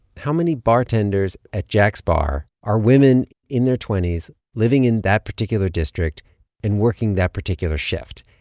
how many bartenders at jack's bar are women in their twenty s living in that particular district and working that particular shift.